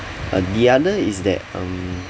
uh the other is that um